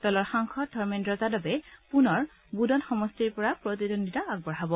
দলৰ সাংসদ ধৰ্মেন্দ্ৰ যাদবে পুনৰ বুদ'ন সমষ্টিৰ পৰা প্ৰতিদ্বন্দ্বিতা আগবঢ়াব